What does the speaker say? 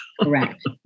Correct